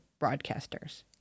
broadcasters